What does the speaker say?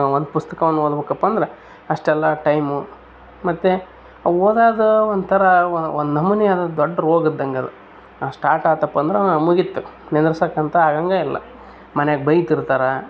ಒಂದು ಪುಸ್ತಕ್ವನ್ನು ಓದ್ಬೇಕಪ್ಪ ಅಂದ್ರೆ ಅಷ್ಟೆಲ್ಲಾ ಟೈಮು ಮತ್ತು ಅವು ಓದೋದ್ ಒಂಥರಾ ಒನ್ ನಮೂನಿ ಅದದು ದೊಡ್ಡ ರೋಗ ಇದ್ದಂಗೆ ಅದು ಸ್ಟಾರ್ಟಾತಪ್ಪ ಅಂದ್ರೆ ಮುಗಿತು ನಿದ್ರಿಸೋಕಂತು ಆಗಾಂಗೆ ಇಲ್ಲ ಮನೆಗೆ ಬೈತಿರ್ತಾರ